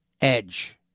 edge